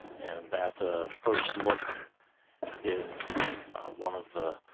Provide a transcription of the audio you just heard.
that the first look is one of the